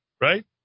right